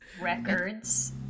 records